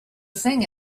thing